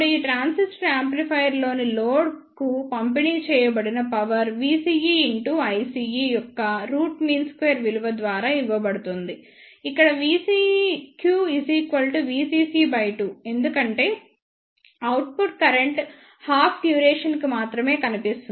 ఇప్పుడు ఈ ట్రాన్సిస్టర్ యాంప్లిఫైయర్లోని లోడ్కు పంపిణీ చేయబడిన పవర్ Vce Ice యొక్క రూట్ మీన్ స్క్వేర్ విలువ ద్వారా ఇవ్వబడుతుంది ఇక్కడ VCEQ VCC 2 ఎందుకంటే అవుట్పుట్ కరెంట్ హాఫ్ డ్యూరేషన్ కి మాత్రమే కనిపిస్తుంది